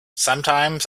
sometimes